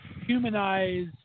humanize